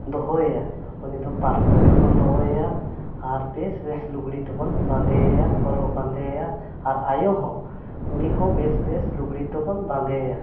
ᱫᱚᱦᱚᱭᱮᱭᱟ ᱩᱱᱤᱫᱚ ᱯᱟᱨᱠᱚᱢ ᱨᱮᱵᱚᱱ ᱫᱚᱦᱚᱭᱮᱭᱟ ᱟᱨ ᱵᱮᱥ ᱵᱮᱥ ᱞᱩᱜᱽᱲᱤ ᱛᱮᱵᱚᱱ ᱵᱟᱸᱫᱮᱭᱮᱭᱟ ᱦᱚᱨᱚᱜ ᱵᱟᱸᱫᱮᱭᱮᱭᱟ ᱟᱨ ᱟᱭᱳᱦᱚᱸ ᱩᱱᱤᱦᱚᱸ ᱵᱮᱥ ᱵᱮᱥ ᱞᱩᱜᱽᱲᱤ ᱛᱮᱵᱚᱱ ᱵᱟᱸᱫᱮᱭᱮᱭᱟ